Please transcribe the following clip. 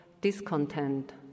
discontent